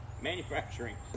manufacturing